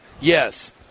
Yes